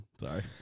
Sorry